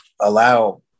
allow